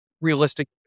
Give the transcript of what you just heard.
realistic